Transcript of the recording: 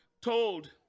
told